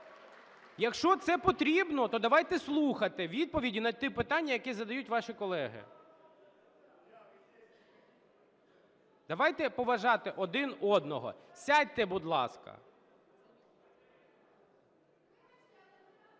Якщо це потрібно, то давайте слухати відповіді на ті питання, які задають ваші колеги. Давайте поважати один одного. Сядьте, будь ласка!